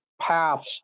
Paths